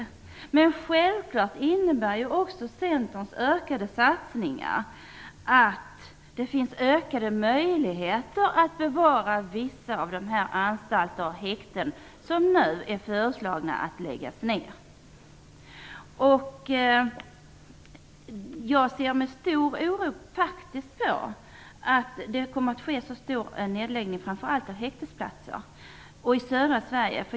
Centerns ökade satsningar innebär självklart också att det finns större möjligheter att bevara vissa av de anstalter och häkten som man nu föreslår skall läggas ned. Jag ser med stor oro på att det kommer att ske en så omfattande nedläggning, framför allt av häktesplatser i södra Sverige.